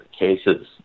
cases